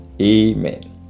Amen